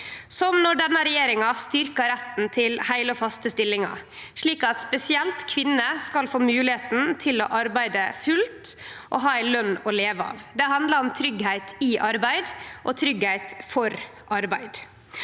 som at denne regjeringa styrkjer retten til heile og faste stillingar, slik at spesielt kvinner skal få moglegheita til å arbeide fullt og ha ei løn å leve av – det handlar om tryggleik i arbeid og tryggleik for arbeid